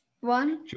one